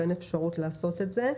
ואין אפשרות לעשות את זה.